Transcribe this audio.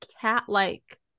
cat-like